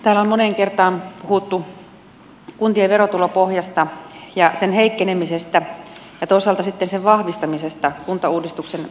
täällä on moneen kertaan puhuttu kuntien verotulopohjasta sen heikkenemisestä ja toisaalta sitten sen vahvistamisesta kuntauudistuksen avulla